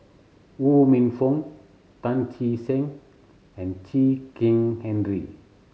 Ho Minfong Tan Che Sang and Chen Kezhan Henri